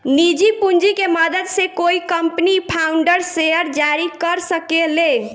निजी पूंजी के मदद से कोई कंपनी फाउंडर्स शेयर जारी कर सके ले